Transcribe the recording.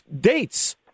dates